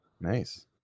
Nice